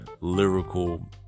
lyrical